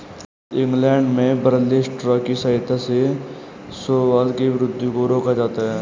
England में barley straw की सहायता से शैवाल की वृद्धि को रोका जाता है